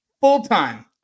Full-time